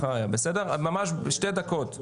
ממש שתי דקות.